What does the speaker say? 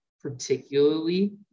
particularly